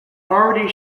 already